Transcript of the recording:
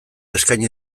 eskaini